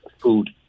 food